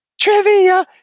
trivia